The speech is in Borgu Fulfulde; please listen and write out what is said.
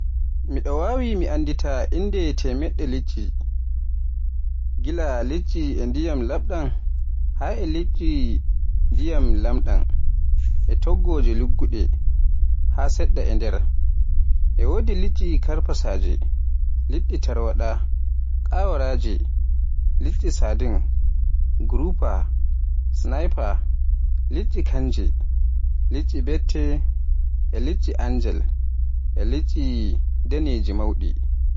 Miɗo waawai mi anndita innde teemedde liɗɗi, gila e liɗɗi ndiyam laaɓɗam haa e liɗɗi ndiyam lamɗam, e tagooje luggiɗe. Haa sedda e nder: E wodi liɗɗi karfasaje, Liɗɗi tarwada, kawaraaje, liɗɗi Sardiin, Grouper, Snapper, Liɗɗi kaŋŋe, Liɗɗi Betta, Liɗɗi Angel, Liɗɗi daneeji mawɗi.